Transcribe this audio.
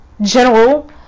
general